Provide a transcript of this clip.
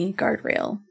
guardrail